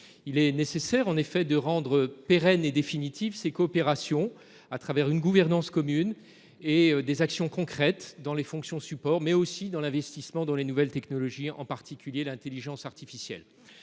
Il est nécessaire, en effet, de rendre pérennes et définitives ces coopérations, au travers d’une gouvernance commune et d’actions concrètes non seulement dans les fonctions supports, mais aussi dans l’investissement en faveur des nouvelles technologies, en particulier l’intelligence artificielle.